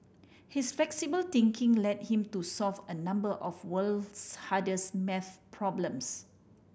his flexible thinking led him to solve a number of world's hardest math problems